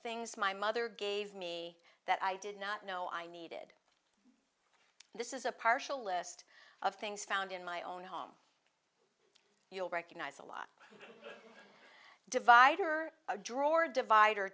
things my mother gave me that i did not know i needed this is a partial list of things found in my own home you'll recognize a lot divider a drawer divider